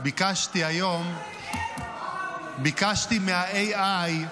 ביקשתי היום, ביקשתי מה-AI,